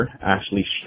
Ashley